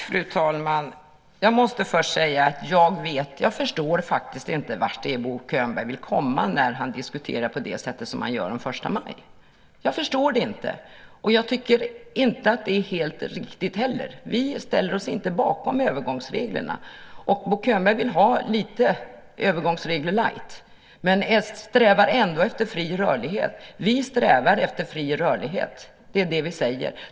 Fru talman! Jag måste först säga att jag faktiskt inte förstår vart Bo Könberg vill komma när han diskuterar på det sätt som han gör om första maj. Jag förstår det inte. Och jag tycker inte att det är helt riktigt heller. Vi ställer oss inte bakom övergångsreglerna. Bo Könberg vill ha lite "övergångsregler light" men strävar ändå efter fri rörlighet. Vi strävar efter fri rörlighet - det är det vi säger.